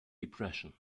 depression